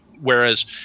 whereas